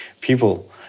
people